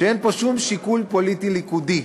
שאין פה שום שיקול פוליטי ליכודי,